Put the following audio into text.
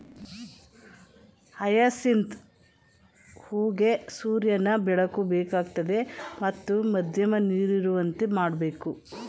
hyacinth ಹೂಗೆ ಸೂರ್ಯನ ಬೆಳಕು ಬೇಕಾಗ್ತದೆ ಮತ್ತು ಮಧ್ಯಮ ನೀರಿರುವಂತೆ ಮಾಡ್ಬೇಕು